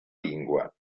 lingua